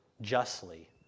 justly